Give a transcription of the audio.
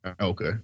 Okay